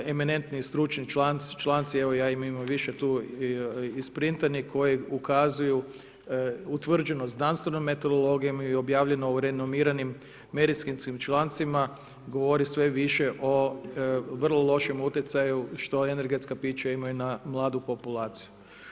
Eminentni stručni članci, evo ja ih imam više tu isprintanih koji ukazuju utvrđeno znanstvenom metodologijom i objavljeno u renomiranim medicinskim člancima govori sve više o vrlo lošem utjecaju što energetska pića imaju na mladu populaciju.